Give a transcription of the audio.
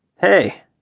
hey